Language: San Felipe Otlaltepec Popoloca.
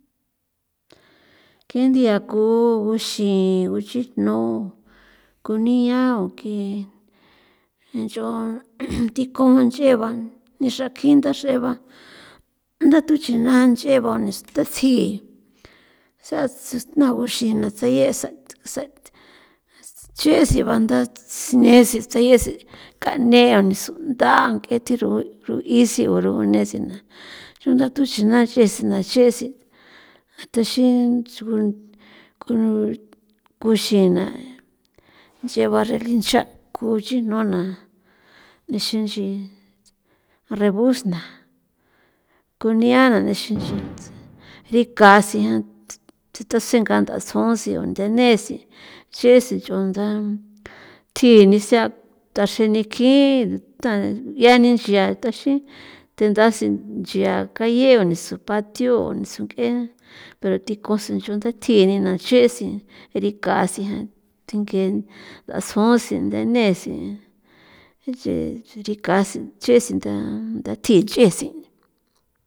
Ke nthia ku guxi guchijno kunia o ke nch'on thi kon nch'eban nixrakin nda chrjeba ndatuchinayeba ndatsi naguxina tsayesa se'e se'e yesiba nda sinesi tsayesi kane onisundaa nk'e thi ru'isi o ru'u nese na runda tuchjina yesi na yesi texi kuxina nch'e ba relincha' kuxijnona nexinxi rebusna kuniana nixin nchi rikasi tsi tasen kant'a sun si o ndene yesi si ch'onda thji ni sea da chrjeni khjirn nda deani chia ndaxin tendasi nchia calle ni su patiu' ni su nk'e pero ti cosa nchu tathjini na nche si rikasi thinge ndasjon sen si ndanesi cherikasi che si nda thi thi nch'esi.